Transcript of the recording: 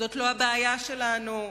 זאת לא הבעיה שלנו.